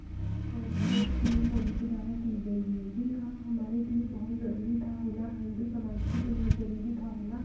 और जो P M Modi के द्वारा की गई है यह काम हमारे लिए बहुत ज़रूरी था होना हिंदू समाज के लिए बहुत ज़रूरी था होना